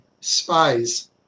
spies